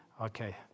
Okay